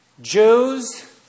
Jews